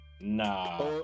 nah